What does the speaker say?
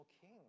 king